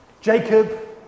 Jacob